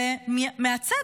מהצד,